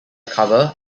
cover